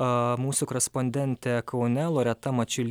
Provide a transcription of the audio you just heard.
mūsų korespondentė kaune loreta mačiulienė eteryje